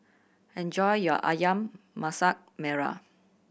enjoy your Ayam Masak Merah